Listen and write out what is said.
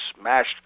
smashed